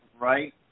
right